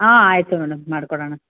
ಹಾಂ ಆಯಿತು ಮೇಡಮ್ ಮಾಡಿಕೊಡೋಣ